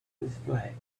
display